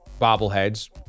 bobbleheads